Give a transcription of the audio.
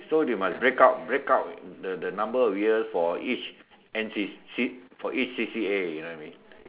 so they must break up break up the the numbers of years for each N_C_C each C_C_A you know what I mean